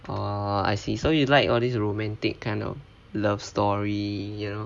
ah I see so you like all these romantic kind love story you know